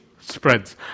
spreads